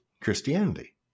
Christianity